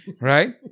right